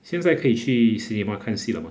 现在可以去 cinema 看戏了 mah